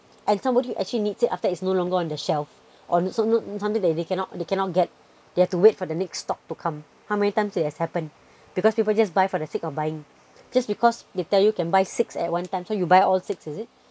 and somebody who actually needs it after that it's no longer on the shelf or so no something they they cannot they cannot get you have to wait for the next stock to come how many times it has happened because people just buy for the sake of buying just because they tell you can buy six at one time so you buy all six is it